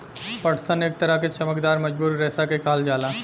पटसन एक तरह के चमकदार मजबूत रेशा के कहल जाला